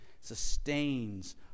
Sustains